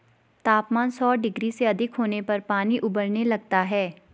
तापमान सौ डिग्री से अधिक होने पर पानी उबलने लगता है